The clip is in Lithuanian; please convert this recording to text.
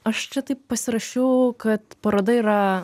aš čia taip pasirašiau kad paroda yra